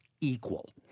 equal